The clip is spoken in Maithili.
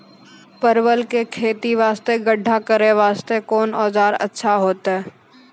परवल के खेती वास्ते गड्ढा करे वास्ते कोंन औजार अच्छा होइतै?